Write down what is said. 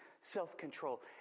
self-control